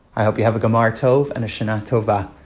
i hope you have a gmar tov and a shana tova.